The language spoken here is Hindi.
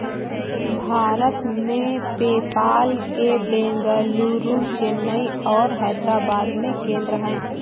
भारत में, पेपाल के बेंगलुरु, चेन्नई और हैदराबाद में केंद्र हैं